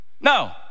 no